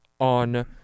on